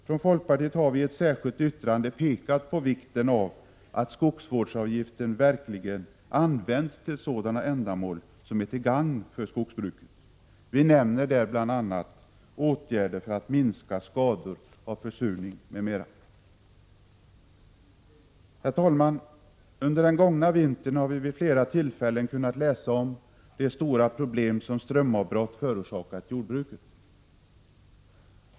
Från folkpartiet har vi i ett särskilt yttrande pekat på vikten av att skogsvårdsavgiften verkligen används till sådana ändamål som är till gagn för skogsbruket. Vi nämner där bl.a. åtgärder för att minska skador av försurning. Herr talman! Under den gångna vintern har vi vid flera tillfällen kunnat läsa om de stora problem som strömavbrott förorsakat jordbruket.